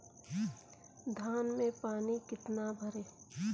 धान में पानी कितना भरें?